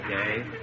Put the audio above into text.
Okay